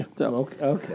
Okay